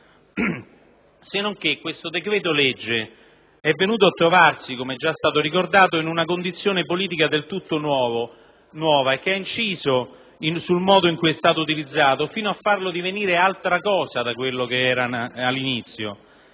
Senonché questo decreto-legge è venuto a trovarsi, come già è stato ricordato, in una condizione politica del tutto nuova, che ha inciso sul modo in cui è stato utilizzato, fino a farlo divenire altra cosa da quello che era all'inizio.